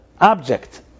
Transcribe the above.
object